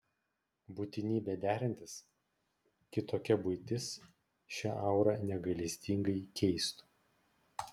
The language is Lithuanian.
būtinybė derintis kitokia buitis šią aurą negailestingai keistų